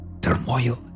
turmoil